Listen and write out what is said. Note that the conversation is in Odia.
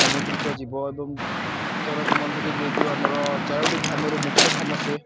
ସାମୁଦ୍ରିକ ଜୀବ ଏବଂ ଜଗନ୍ନାଥ ମନ୍ଦିର ଯେହେତୁ ଆମର ଚାରଟି ଧାମରୁ ମୁଖ୍ୟ ଧାମ ସିଏ